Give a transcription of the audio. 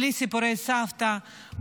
בלי סיפורי סבתא,